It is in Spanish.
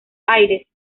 aires